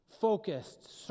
focused